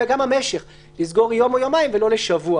זה גם המשך, כלומר לסגור יום או יומיים ולא לשבוע.